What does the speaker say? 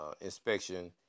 inspection